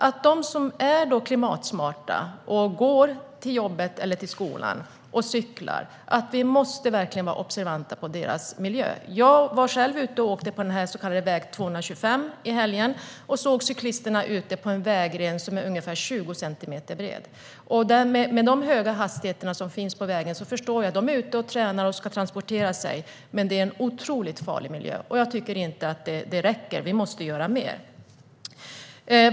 Vi måste vara observanta på den miljö som möter dem som är klimatsmarta och går eller cyklar till jobbet eller skolan. Jag åkte själv på väg 225 i helgen, och jag såg cyklister ute på en vägren som är ungefär 20 centimeter bred. Med de höga hastigheterna på vägen förstår jag att de som är ute och tränar på denna väg befinner sig i en otroligt farlig miljö. Jag tycker inte att det räcker utan att vi måste göra mer.